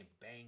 bang